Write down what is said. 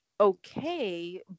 okay